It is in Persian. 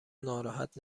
ناراحت